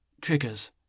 Triggers